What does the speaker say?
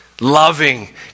loving